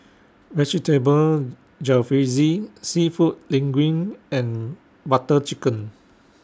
Vegetable Jalfrezi Seafood Linguine and Butter Chicken